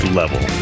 level